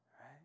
right